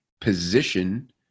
position